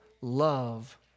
love